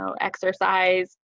exercise